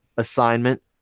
assignment